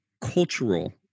cultural